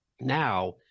now